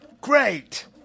Great